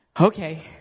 okay